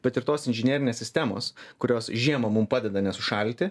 bet ir tos inžinerinės sistemos kurios žiemą mum padeda nesušalti